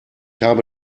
habe